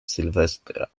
sylwestra